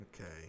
okay